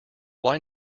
why